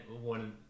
one